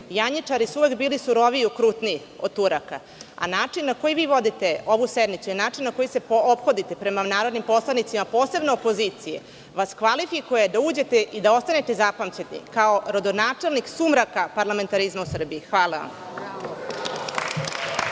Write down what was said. Janjičari su uvek bili suroviji i okrutniji od Turaka, a način na koji vi vodite ovu sednicu i način na koji se ophodite prema narodnim poslanicima, a posebno opozicije, vas kvalifikuje da uđete i ostanete zapamćeni kao rodonačelnik sumraka parlamentarizma u Srbiji. Hvala vam.